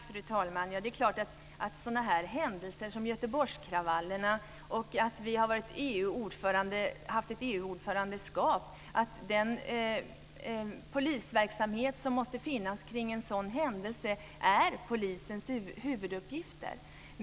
Fru talman! Det är klart att polisverksamheten kring sådana händelser som Göteborgskravallerna och att Sverige har haft ett EU-ordförandeskap är polisens huvuduppgifter.